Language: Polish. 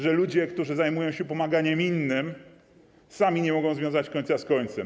Że ludzie, którzy zajmują się pomaganiem innym, sami nie mogą związać końca z końcem.